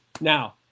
Now